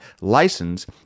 license